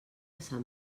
sant